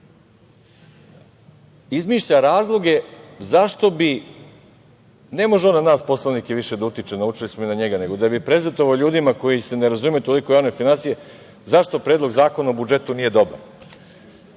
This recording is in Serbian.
izmišlja razloge zašto, ne može on na nas poslanike više da utiče, naučili smo mi na njega, nego da bi prezentovao ljudima koji se ne razumu toliko u javne finansije, zašto Predlog zakona o budžetu nije dobar.